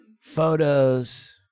photos